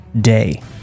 Day